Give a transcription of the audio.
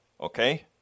Okay